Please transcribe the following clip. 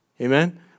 amen